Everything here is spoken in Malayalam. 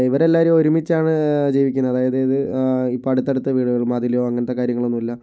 ഇവർ എല്ലാവരും ഒരുമിച്ചാണ് ജീവിക്കുന്നത് അതായത് ഇത് ഇപ്പോൾ അടുത്തടുത്ത വീടുകൾ മതിലോ അങ്ങനത്തെ കാര്യങ്ങളൊന്നും ഇല്ല